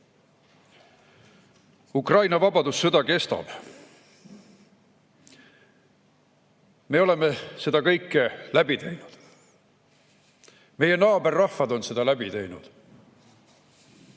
Ukraina vabadussõda kestab. Me oleme selle kõik läbi teinud. Meie naaberrahvad on selle läbi teinud.